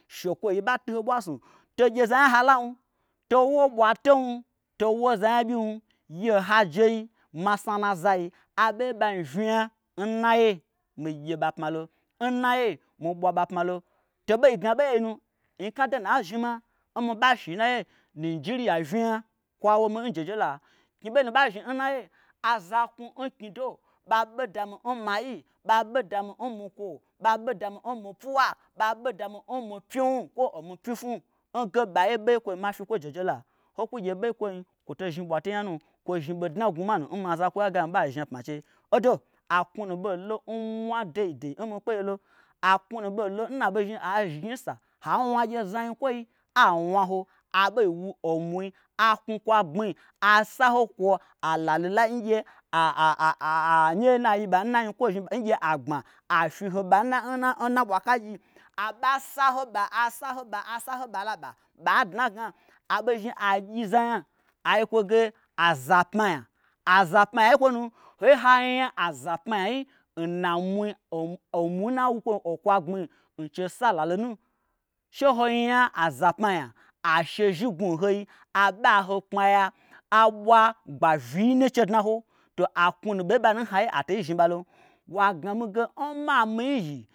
Shekwoyi ɓa tu ho ɓwa nsnu to gyeza nya halam to wo ɓwatom to wo zanya ɓyim. ye n ha jei masna n nazai aɓeye n ɓain vnya n naiye mi gye ɓa pmalo, n naiye mi ɓwa ɓa pmalo to ɓei gna n ɓeyei nu nyika donu na zhni mia n mi ɓa shi n naiye nijiriya vnya kwa womi n jejelua. knyi ɓei nu ba zhni n naiye aza knwu n knyido ɓa ɓe dami n mayi, ɓa ɓe dami n mikwo, ɓa ɓe dami n mi puwa, ɓa ɓe dami n mi pyiwnu kwo omi pyifwnu n ge ba ye ɓeye n kwoin ma fyi kwo n jejelua. Ho kwu gye ɓeye n kwoin kwo to zhni ɓwato nya num kwo zhni bodna n gnwuma nu n ma zakwoia gami ɓai zhni apma n chei. Odo a knwunu ɓolo n mwa daidai n mi kpeye lo aknwunu ɓolo n na ɓei zhni ai zhni nsa ha wnagye n za nyikwoi a wna ho aɓeizhni a wu o mwui a knwu kwo agbmi a saho kwo alalu lai ngye nya ye n na yiɓa n na anyikwo zhni ɓa n gye agbma aaa fyi ho ɓa n na n na ɓwakagyi a ɓasa ho ɓa. aɓasa ho ɓa. aɓasa ho ɓa laba aɓei dna n gna. aɓei zhni a gyiza nya ai yikwo ge aza pma nya. aza pma nyai n kwonu ho ye hanya aza pmanya yi n na mwui oomwui n na wu kwonyi okwoa gbmi n chei sa alalunu she ho nya aza pmanya ashe zhi gnwu n hoi aɓa ho kpmaya aɓwa gbavyii nu che dna ho to aknwunu aɓei nɓa nu atei zhni ɓalom. Wa gna mige n ma minyi yi